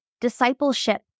discipleship